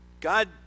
God